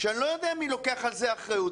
אני לא יודע מי לוקח על זה אחריות.